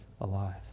alive